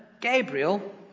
Gabriel